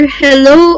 hello